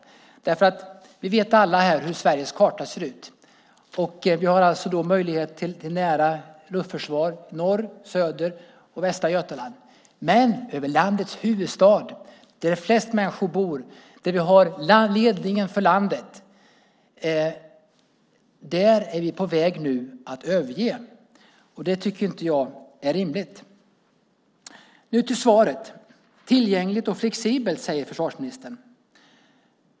Vi vet alla här hur Sveriges karta ser ut. Vi har då möjlighet till nära luftförsvar i norr, i söder och i Västra Götaland. Men försvaret över landets huvudstad, där flest människor bor, där vi har ledningen för landet, är vi nu på väg att överge. Det tycker inte jag är rimligt. Nu till svaret. Tillgängligt och flexibelt, säger försvarsministern.